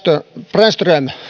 brännström